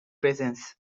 presence